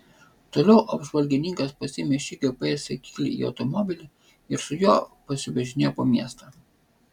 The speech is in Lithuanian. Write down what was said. toliau apžvalgininkas pasiėmė šį gps sekiklį į automobilį ir su juo pasivažinėjo po miestą